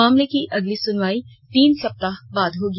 मामले में अगली सुनवाई तीन सप्ताह बाद होगी